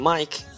Mike